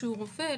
שהוא רופא,